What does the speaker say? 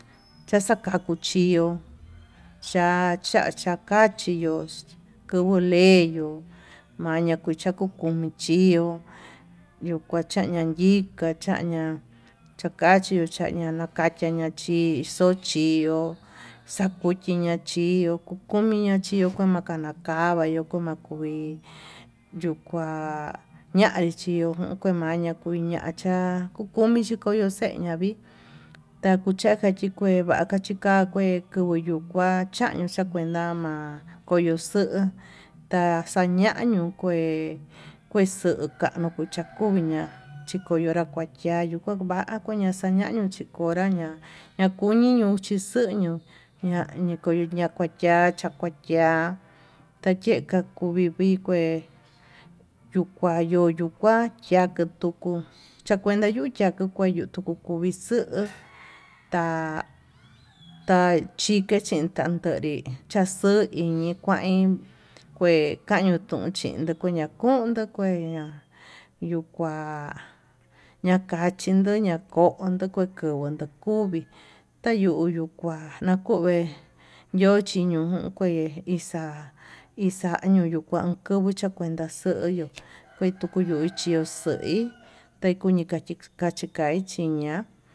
Chachakuachi chio xha chachakachiyo kuvuu leyuu, maya kuchami kuyi chio yuu kuachaña yika chaña'a chakachi yuu kuachaña chakachi chi xochió, xakuchi na'a chió komi na'a chió naxama kaña koña ya'a kué yuu kua ñanri chió maña kui nachá, kukumi xuu kuño xeña'a vii takuchaka chi kue vaka chika kue kuvuu yuu kuá chañio chakuenta ma'a koyo xuu ta'a xañañuu kué, kue xuu kañuu kue xachuña'a xhikonro ya'a kuachayu kue va'a ñakunra ña'a xañaño chikora ña'a ñakuñi ño'o chi xuño'o chaniko ñakua chacha kuchia takueka kuvii vii, kue yuu kua yuu kukuachiá yake tukuu yakuenta yukia tuu kua tukuu kuvii xuu ta'a tachiken chin tan tenrí chaxuu iñi kuin kue kañuu tunchi yukuu ña'a kundun, kue yuu kua ñakachindo ñakubuu anduu kuvii tayuu yuu kuan nakuve ñon chiñon kuvii ixa'a ixañu yuu kuan yuchi xakuan ndaxuyu kuentu kuu yuchí xui takuñi kachi kaí chiña'a.